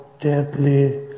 Deadly